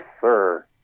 sir